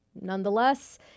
nonetheless